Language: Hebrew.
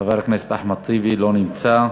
חבר הכנסת אחמד טיבי לא נמצא,